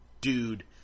Dude